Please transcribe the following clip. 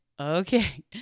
okay